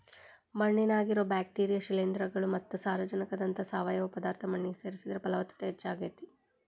ಮಣ್ಣಿನ್ಯಾಗಿರೋ bacteria, ಶಿಲೇಂಧ್ರಗಳು ಮತ್ತ ಸಾರಜನಕದಂತಹ ಸಾವಯವ ಪದಾರ್ಥ ಮಣ್ಣಿಗೆ ಸೇರಿಸಿದ್ರ ಪಲವತ್ತತೆ ಹೆಚ್ಚಾಗ್ತೇತಿ